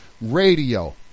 Radio